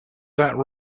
that